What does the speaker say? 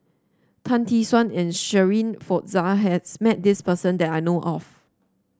Tan Tee Suan and Shirin Fozdar has met this person that I know of